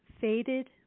faded